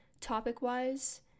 topic-wise